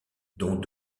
dont